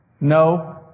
No